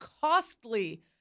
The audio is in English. costly